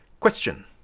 Question